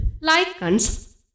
lichens